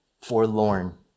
forlorn